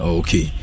okay